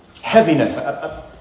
Heaviness